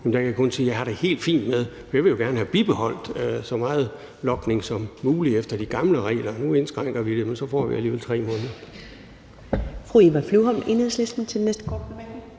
jeg kun sige, at det har jeg det helt fint med – jeg ville jo gerne have bibeholdt så meget logning som muligt efter de gamle regler. Nu indskrænker vi dem, og så får vi alligevel 3 måneder.